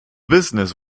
business